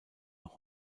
noch